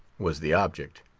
was the object.